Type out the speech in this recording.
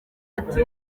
ati